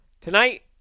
Tonight